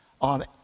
on